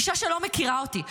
אישה שלא מכירה אותי.